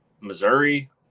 Missouri –